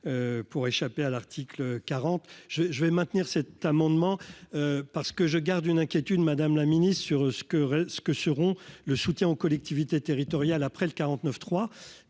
pour échapper à l'article 40 je vais je vais maintenir cet amendement parce que je garde une inquiétude, Madame la Ministre, sur ce que ce que seront le soutien aux collectivités territoriales, après le 49 3